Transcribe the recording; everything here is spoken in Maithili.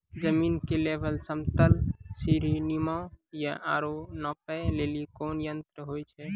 जमीन के लेवल समतल सीढी नुमा या औरो नापै लेली कोन यंत्र होय छै?